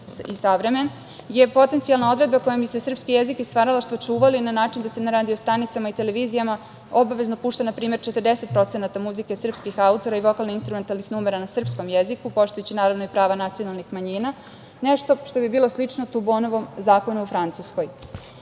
i savremen, je potencijalna odredba kojom bi se srpski jezik i stvaralaštvo čuvali na način da se na radio stanicama i televizijama obavezno pušta, na primer, 40% muzike srpskih autora i vokalno-instrumentalnih numera na srpskom jeziku, poštujući, naravno, i prava nacionalnih manjina, nešto što bi bilo slično Tubonovom zakonu u Francuskoj. Delimično